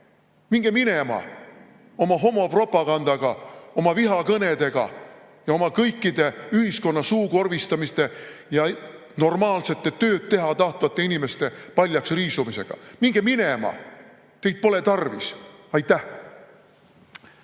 Minge minema oma homopropagandaga, oma vihakõnedega ja ühiskonna suukorvistamistega ja normaalsete, tööd teha tahtvate inimeste paljaksriisumisega. Minge minema! Teid pole tarvis. Aitäh!